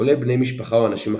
כולל בני משפחה או אנשים אחרים,